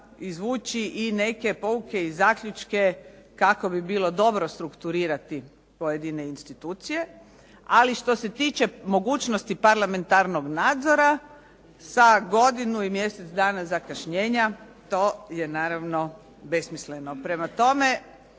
izvući i neke pouke i zaključke kako bi bilo dobro strukturirati pojedine institucije, ali što se tiče mogućnosti parlamentarnog nadzora sa godinu i mjesec dana zakašnjenja, to je naravno besmisleno. Prema tome,